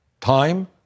time